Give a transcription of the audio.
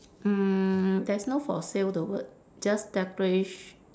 mm there's no for sale the word just decoratio~